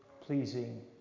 pleasing